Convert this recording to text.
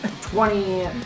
Twenty